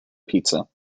pizza